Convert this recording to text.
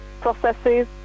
processes